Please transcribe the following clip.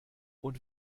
und